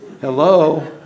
hello